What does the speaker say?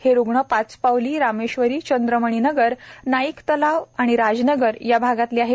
हे रुग्ण पाचपावली रामेश्वरी चंद्रमणी नगर नाईक तलाव राज नगर या भागातले आहेत